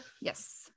Yes